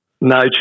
No